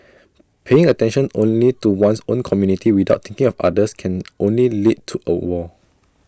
paying attention only to one's own community without thinking of others can only lead to A wall